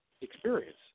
experience